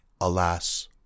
alas